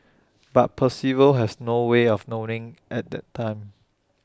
but Percival has no way of knowing at the time